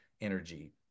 energy